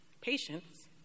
patients